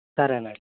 సరే అండి